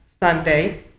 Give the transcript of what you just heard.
Sunday